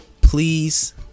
Please